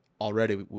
already